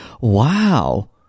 Wow